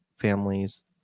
families